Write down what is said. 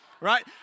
Right